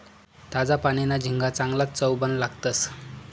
ताजा पानीना झिंगा चांगलाज चवबन लागतंस